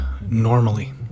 normally